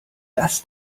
das